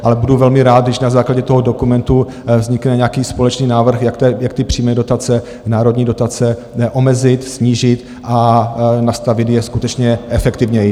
Ale budu velmi rád, když na základě toho dokumentu vznikne nějaký společný návrh, jak ty přímé dotace, národní dotace omezit, snížit a nastavit je skutečně efektivněji.